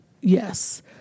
yes